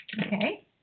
Okay